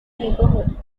neighborhood